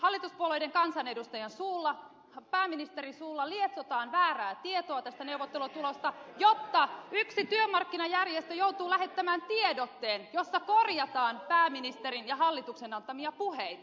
hallituspuolueiden kansanedustajan suulla pääministerin suulla lietsotaan väärää tietoa tästä neuvottelutuloksesta jotta yksi työmarkkinajärjestö joutuu lähettämään tiedotteen jossa korjataan pääministerin ja hallituksen antamia puheita